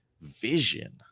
vision